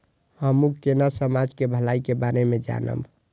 हमू केना समाज के भलाई के बारे में जानब?